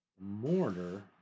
Mortar